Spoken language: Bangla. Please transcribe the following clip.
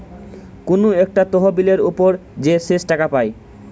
কুনু একটা তহবিলের উপর যে শেষ টাকা পায়